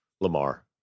Lamar